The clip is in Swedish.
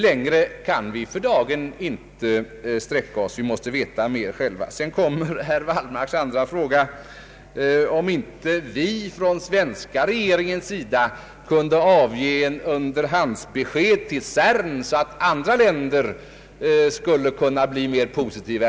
Längre kan vi för dagen inte sträcka Oss, vi måste själva veta mera. Herr Wallmarks andra fråga gällde om inte svenska regeringen kunde ge underhandsbesked till CERN så att andra länder skulle bli mer positiva.